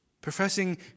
Professing